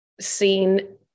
seen